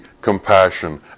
compassion